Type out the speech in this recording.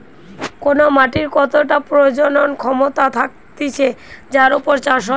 কোন মাটির কতটা প্রজনন ক্ষমতা থাকতিছে যার উপর চাষ হয়